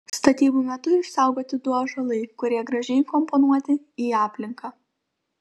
statybų metu išsaugoti du ąžuolai kurie gražiai įkomponuoti į aplinką